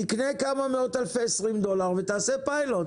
תקנה כמה מאות אלפי מערכות ב-20 דולר ותעשה פיילוט